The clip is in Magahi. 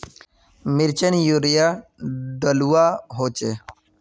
मिर्चान यूरिया डलुआ होचे?